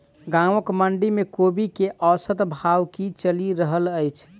गाँवक मंडी मे कोबी केँ औसत भाव की चलि रहल अछि?